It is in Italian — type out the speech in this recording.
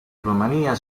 romania